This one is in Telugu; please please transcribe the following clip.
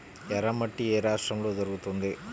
ఎర్రమట్టి ఏ రాష్ట్రంలో దొరుకుతుంది?